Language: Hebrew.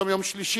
היום יום שלישי,